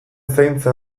zaintza